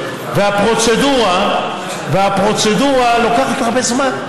והפרוצדורה לוקחת הרבה זמן.